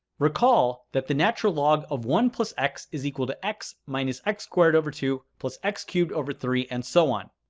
recall that the natural log of one plus x is equal to x minus x squared over two plus x cubed over three, and so on.